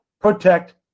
protect